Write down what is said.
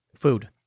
Food